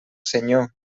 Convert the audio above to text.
senyor